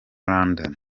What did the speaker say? london